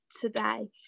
today